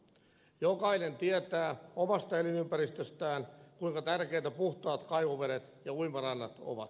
jokainen tietää omasta elinympäristöstään kuinka tärkeitä puhtaat kaivovedet ja uimarannat ovat